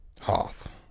Hoth